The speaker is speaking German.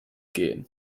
gehen